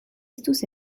estus